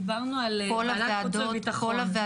דיברנו על ועדת חוץ וביטחון.